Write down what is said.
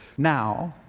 now,